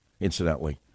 incidentally